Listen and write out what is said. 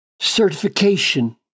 certification